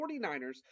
49ers